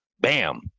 Bam